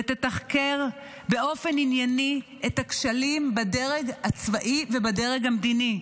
ותתחקר באופן ענייני את הכשלים בדרג הצבאי ובדרג המדיני.